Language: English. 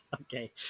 Okay